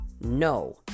No